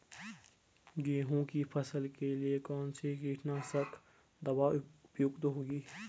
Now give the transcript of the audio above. गेहूँ की फसल के लिए कौन सी कीटनाशक दवा उपयुक्त होगी?